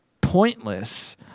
pointless